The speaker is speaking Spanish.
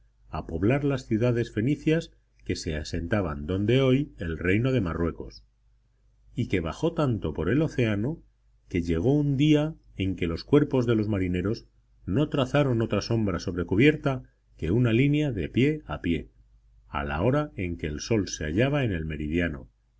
a poblar las ciudades fenicias que se asentaban donde hoy el reino de marruecos y que bajó tanto por el océano que llegó un día en que los cuerpos de los marineros no trazaron otra sombra sobre cubierta que una línea de pie a pie a la hora en que el sol se hallaba en el meridiano